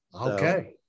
Okay